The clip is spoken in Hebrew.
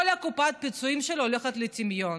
כל קופת הפיצויים שלו הולכת לטמיון,